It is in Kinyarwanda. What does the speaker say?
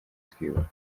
twiyubaka